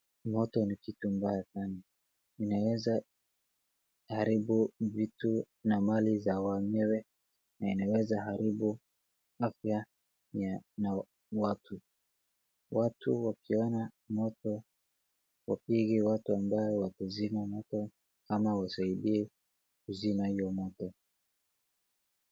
Moto ni kitu mbaya sana, inaweza haribu vitu na mali za wenyewe na inaweza haribu afya ya watu. Watu wakiona moto wapige watu ambaye ni wakuzima moto ama usaidie kuzima iyo moto.